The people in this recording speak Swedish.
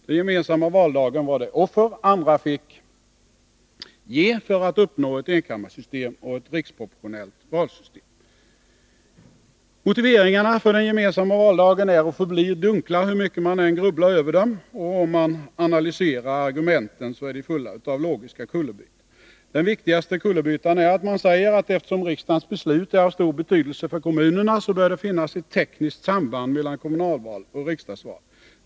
Den gemensamma valdagen var det offer andra fick ge för att uppnå ett enkammarsystem och ett riksproportionellt valsystem. Motiveringarna för den gemensamma valdagen är och förblir dunkla, hur mycket man än grubblar över dem. Om man analyserar argumenten, så finner man att de är fulla av logiska kullerbyttor. Den viktigaste kullerbyttan är att man säger att eftersom riksdagens beslut är av stor betydelse för kommunerna så bör det finnas ett tekniskt samband mellan kommunalval och riksdagsval.